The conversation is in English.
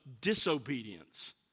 disobedience